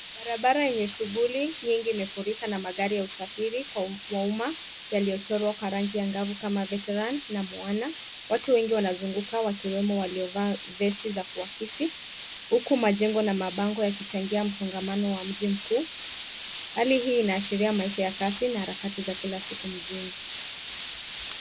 Barabara yenye shughuli nyingi imefurika na magari ya usafiri wa Uma yaliochorwa kwa rangi ya ngavu kama veteran na mwana. Watu wengi wanazunguka wakiwemo waliovaa vesti za kuwakisi huku majengo na mabango yakichangia msongamano wa mji mkuu. Hali hii inaashiria maisha ya kazi na harakati za kila siku mjini.